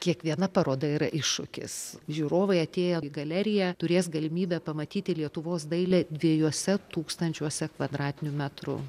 kiekviena paroda yra iššūkis žiūrovai atėję į galeriją turės galimybę pamatyti lietuvos dailę dviejuose tūkstančiuose kvadratinių metrų